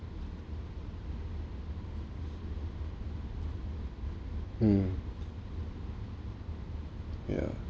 mm yeah